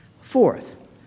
Fourth